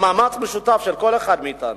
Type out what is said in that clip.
במאמץ משותף של כל אחד מאתנו,